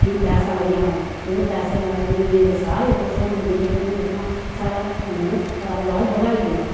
मीं पैसा लगेआ औन एह्दे पैसे कारन मेेरे सारे खुश होन लगे भाई तूं दिक्खां साढ़ै मतलव कारोबार बधाई लेआ